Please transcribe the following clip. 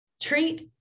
treat